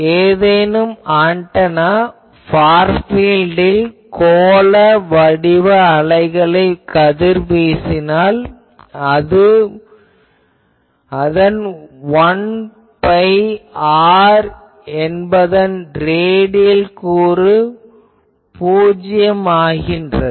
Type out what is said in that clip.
ஏதேனும் antenna far பீல்டில் கோள வடிவ அலைகளை கதிர்வீசினால் அதன் 1 வகுத்தல் r என்பதன் ரேடியல் கூறு பூஜ்யம் ஆகின்றது